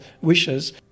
wishes